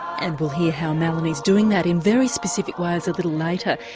and we'll hear how melanie is doing that in very specific ways a little later,